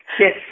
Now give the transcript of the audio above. Yes